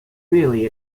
really